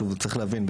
שוב צריך להבין,